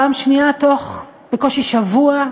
פעם שנייה בתוך שבוע בקושי,